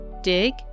Dig